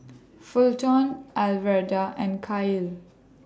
Fulton Alverda and Kael